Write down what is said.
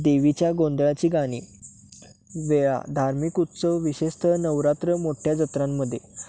देवीच्या गोंधळाची गाणी वेळा धार्मिक उत्सव विशेषत नवरात्र मोठ्या जत्रांमध्ये